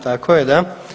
Tako je, da.